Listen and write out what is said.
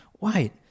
Wait